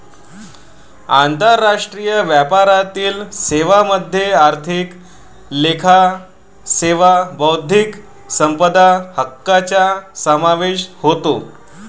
आंतरराष्ट्रीय व्यापारातील सेवांमध्ये आर्थिक लेखा सेवा बौद्धिक संपदा हक्कांचा समावेश होतो